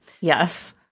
Yes